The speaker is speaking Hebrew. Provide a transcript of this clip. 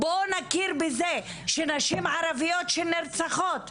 בואו נכיר בזה שנשים ערביות שנרצחות,